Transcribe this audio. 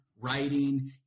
writing